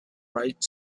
bright